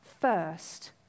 first